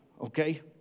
okay